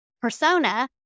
persona